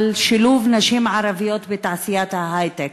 על שילוב נשים ערביות בתעשיית ההיי-טק.